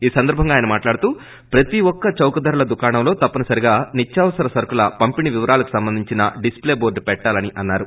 ఈ సందర్భంగా ఆయన మాట్లాడుతూ ప్రతి ఒక్క చౌకధరల దుకాణంలో తప్పనిసరిగా నిత్యావసర సరుకుల పంపిణి వివరాలకు సంబంధించిన డిస్ ప్లే బోర్లును పెట్టాలని అన్నారు